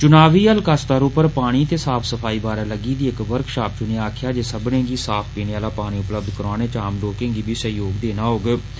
चुनावी हल्का स्तह उप्पर पानी ते साफ सफाई बारै लग्गी दी इक वर्कषाप च उनें आक्खेआ जे सब्बनें गी साफ पीने आला पानी उपलब्ध करौआने च आम लोकें गी बी सहयोग देना लोड़चदा